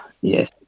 Yes